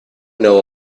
know